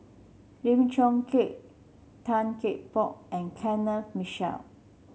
Lim Chong Keat Tan Cheng Bock and Kenneth Mitchell